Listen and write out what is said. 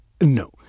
no